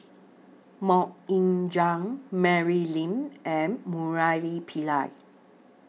Mok Ying Jang Mary Lim and Murali Pillai